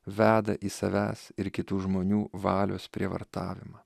veda į savęs ir kitų žmonių valios prievartavimą